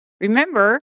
Remember